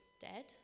dead